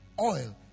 oil